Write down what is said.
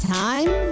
time